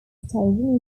station